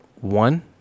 one